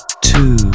two